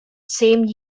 same